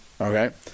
okay